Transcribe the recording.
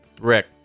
Rick